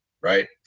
right